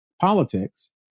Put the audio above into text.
politics